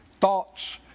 Thoughts